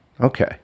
okay